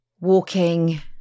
walking